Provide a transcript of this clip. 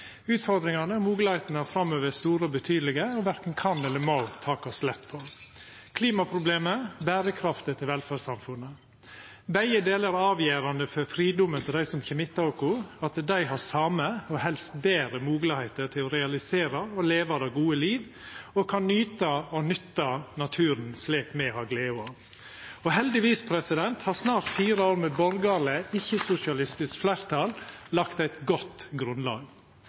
Utfordringane og moglegheitene framover er store og betydelege – og verken kan eller må takast lett på. Klimaproblemet og berekrafta til velferdssamfunnet er begge delar avgjerande for fridomen til dei som kjem etter oss – at dei har same, og helst betre, moglegheiter til å realisera og leva det gode liv og kan nyta og nytta naturen, slik me har gleda av. Heldigvis har snart fire år med borgarleg, ikkje-sosialistisk fleirtal lagt eit godt grunnlag.